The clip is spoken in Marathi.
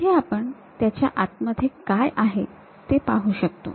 इथे आपण त्याच्या आतमध्ये काय आहे ते पाहू शकतो